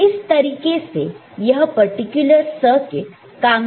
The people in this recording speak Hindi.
तो इस तरीके से यह पर्टिकुलर सर्किट काम करता है